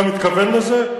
אתה מתכוון לזה?